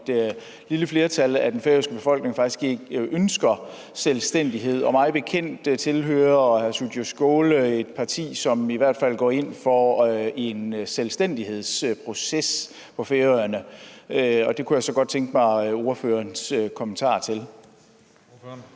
et lille flertal af den færøske befolkning faktisk ikke ønsker selvstændighed, og mig bekendt tilhører hr. Sjúrður Skaale et parti, som i hvert fald går ind for en selvstændighedsproces på Færøerne. Det kunne jeg så godt tænke mig ordførerens kommentarer til.